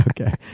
Okay